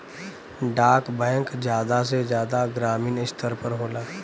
डाक बैंक जादा से जादा ग्रामीन स्तर पर होला